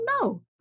no